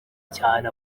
cyane